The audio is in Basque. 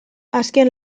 azken